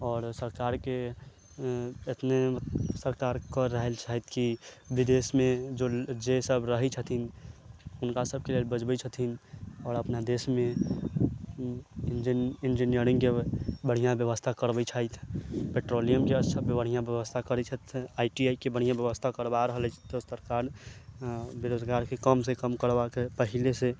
आओर सरकारके एतने सरकार कऽ रहल छथि कि विदेशमे जो जेसभ रहैत छथिन हुनकासभके लेल बजबैत छथिन आओर अपना देशमे इंजीनियरिंगके बढ़िआँ व्यवस्था करबैत छथि पेट्रोलियमके बढ़िआँ व्यवस्था करैत छथि आई टी आई के बढ़िआँ व्यवस्था करबा रहल अछि तऽ सरकार बेरोजगारके कमसँ कम करबाके पहिलेसँ